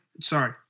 sorry